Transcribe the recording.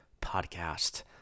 podcast